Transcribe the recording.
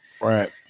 Right